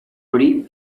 hori